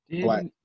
black